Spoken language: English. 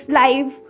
live